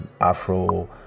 Afro